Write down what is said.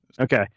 Okay